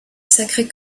sacré